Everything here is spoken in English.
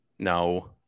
No